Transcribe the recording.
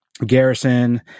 Garrison